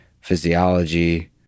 physiology